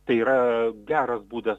tai yra geras būdas